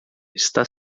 está